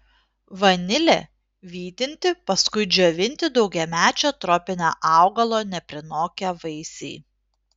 vanilė vytinti paskui džiovinti daugiamečio tropinio augalo neprinokę vaisiai